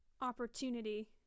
opportunity